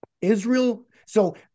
Israel—so